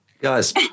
Guys